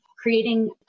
creating